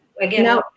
Again